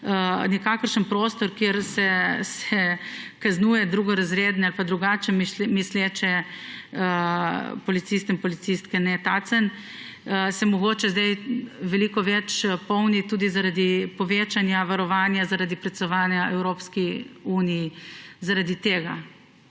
nikakršen prostor, kjer se kaznuje drugorazredne ali pa drugače misleče policiste in policistke. Ne. Tacen se mogoče sedaj veliko bolj polni tudi zaradi povečanja varovanja zaradi predsedovanja Evropski uniji, ne pa